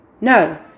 No